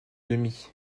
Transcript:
demi